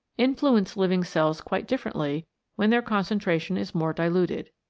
influence living cells quite differently when their concentration is more diluted.